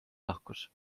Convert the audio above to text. lahkus